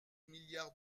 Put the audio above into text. milliards